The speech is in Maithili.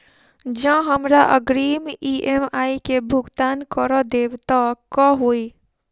जँ हमरा अग्रिम ई.एम.आई केँ भुगतान करऽ देब तऽ कऽ होइ?